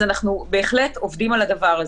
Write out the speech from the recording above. אז אנחנו בהחלט עובדים על הדבר הזה.